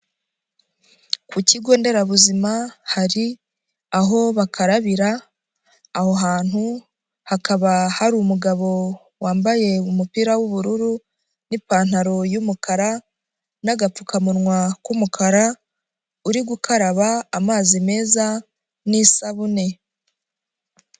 Ku kigo nderabuzima hari aho bakarabira, aho hantu hakaba hari umugabo wambaye umupira w'ubururu n'ipantaro yumukara, n'agapfukamunwa k'umukara, ari gukaraba amazi meza n'isabune.